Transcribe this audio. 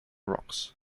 rocks